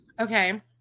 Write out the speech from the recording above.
Okay